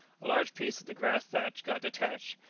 a large piece of the grass-thatch got detached.